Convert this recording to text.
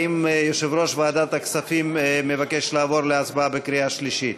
האם יושב-ראש ועדת הכספים מבקש לעבור להצבעה בקריאה שלישית?